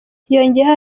yongeyeho